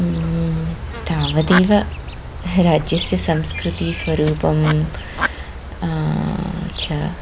तावदेव राज्यस्य संस्कृतेः स्वरूपं च